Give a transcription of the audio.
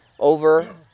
over